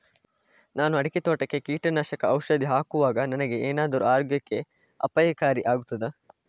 ನಾನು ಅಡಿಕೆ ತೋಟಕ್ಕೆ ಕೀಟನಾಶಕ ಔಷಧಿ ಹಾಕುವಾಗ ನನಗೆ ಏನಾದರೂ ಆರೋಗ್ಯಕ್ಕೆ ಅಪಾಯಕಾರಿ ಆಗುತ್ತದಾ?